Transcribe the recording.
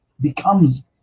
becomes